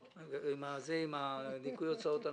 עם ניכוי הוצאות הנפקה.